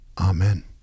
Amen